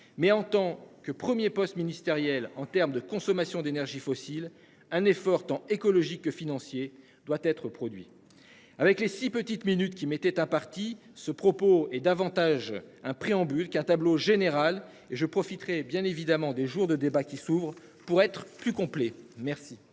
Mais en tant que 1er poste ministériel en termes de consommation d'énergies fossiles. Un effort tant écologique que financier doit être produit. Avec les 6 petites minutes qui mettait un parti ce propos est davantage un préambule qu'un tableau général et je profiterai bien évidemment des jours de débats qui s'ouvrent pour être plus complet. Merci.